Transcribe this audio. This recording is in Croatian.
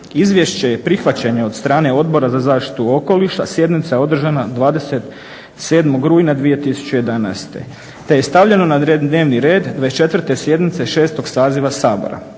Izvješće je prihvaćeno od strane Odbora za zaštitu okoliša, sjednica je održana 27. rujna 2011. te je stavljeno na dnevni red 24. sjednice VI saziva Sabora.